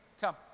come